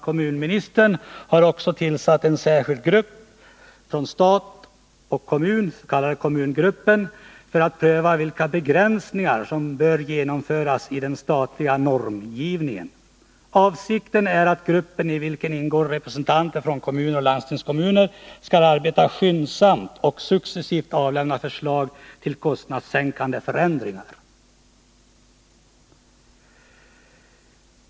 Kommunministern har också tillsatt en särskild grupp, statoch kommungruppen, för att pröva vilka begränsningar som bör genomföras i den statliga normgivningen. Avsikten är att gruppen, i vilken ingår representanter från kommuner och landstingskommuner, skall arbeta skyndsamt och successivt avlämna förslag till kostnadssänkande förändringar.